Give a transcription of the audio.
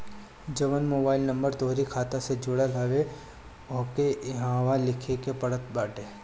जवन mobile number तोहरी खाता से जुड़ल हवे उहवे इहवा लिखे के पड़त बाटे